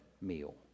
meal